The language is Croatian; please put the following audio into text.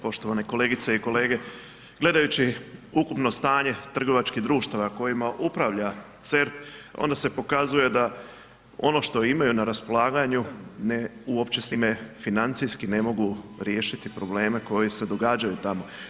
Poštovane kolegice i kolege, gledajući ukupno stanje trgovačkih društava kojima upravlja CER onda se pokazuje da ono što imaju na raspolaganju ne, uopće s time financijski ne mogu riješiti probleme koji se događaju tamo.